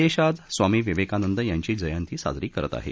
देश आज स्वामी विवेकानंद यांची जयंती साजरी करत आहे